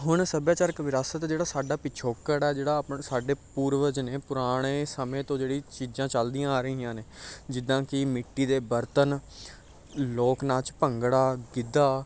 ਹੁਣ ਸੱਭਿਆਚਾਰਕ ਵਿਰਾਸਤ ਜਿਹੜਾ ਸਾਡਾ ਪਿਛੋਕੜ ਆ ਜਿਹੜਾ ਆਪਣਾ ਸਾਡੇ ਪੂਰਵਜ ਨੇ ਪੁਰਾਣੇ ਸਮੇਂ ਤੋਂ ਜਿਹੜੀ ਚੀਜ਼ਾਂ ਚੱਲਦੀਆਂ ਆ ਰਹੀਆਂ ਨੇ ਜਿੱਦਾਂ ਕਿ ਮਿੱਟੀ ਦੇ ਬਰਤਨ ਲੋਕ ਨਾਚ ਭੰਗੜਾ ਗਿੱਧਾ